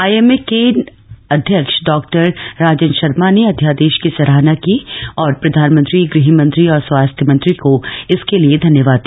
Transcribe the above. IMA के अध्यक्ष Dr Rajan Sharma ने अध्यादेश की सराहना की और प्रधानमंत्री गृहमंत्री और स्वास्थ्य मंत्री को इसके लिए धन्यवाद दिया